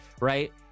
right